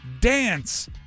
dance